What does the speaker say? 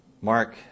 Mark